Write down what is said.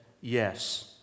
Yes